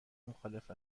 مخالف